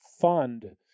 fund